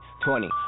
Twenty